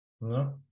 No